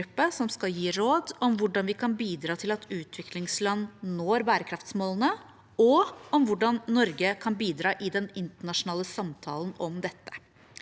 som skal gi råd om hvordan vi kan bidra til at utviklingsland når bærekraftsmålene, og om hvordan Norge kan bidra i den internasjonale samtalen om dette.